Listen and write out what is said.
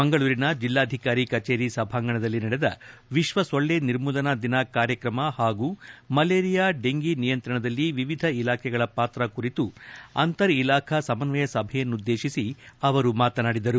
ಮಂಗಳೂರಿನ ಜೆಲ್ಲಾಧಿಕಾರಿ ಕಚೇರಿ ಸಭಾಗಣದಲ್ಲಿ ನಡೆದ ವಿಶ್ವ ಸೊಳ್ಳೆ ನಿರ್ಮೂಲನಾ ದಿನ ಕಾರ್ಯಕ್ರಮ ಹಾಗೂ ಮಲೇರಿಯಾ ಡೆಂಗ್ಯೂ ನಿಯಂತ್ರಣದಲ್ಲಿ ವಿವಿಧ ಇಲಾಖೆಯ ಪಾತ್ರದ ಕುರಿತು ಅಂತರ್ ಇಲಾಖಾ ಸಮನ್ವಯ ಸಭೆಯನ್ನುದ್ದೇಶಿಸಿ ಅವರು ಮಾತನಾಡಿದರು